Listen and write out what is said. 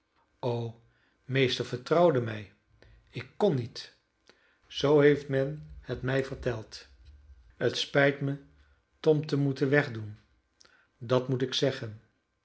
o meester vertrouwde mij ik kon niet zoo heeft men het mij verteld het spijt mij tom te moeten wegdoen dat moet ik zeggen